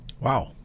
Wow